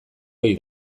ohi